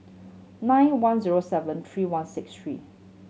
nine one zero seven three one six three